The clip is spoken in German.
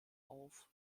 auf